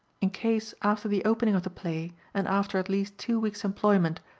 in case after the opening of the play and after at least two weeks' employment,